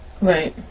Right